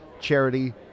charity